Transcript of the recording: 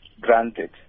granted